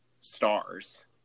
stars